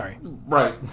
Right